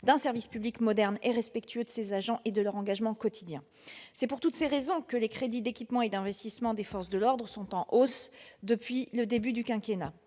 d'un service public moderne et respectueux de ses agents et de leur engagement quotidien. C'est pour toutes ces raisons que les crédits d'équipement et d'investissement des forces de l'ordre sont en hausse depuis le début du quinquennat.